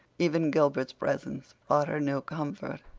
even gilbert's presence brought her no comfort,